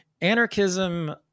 anarchism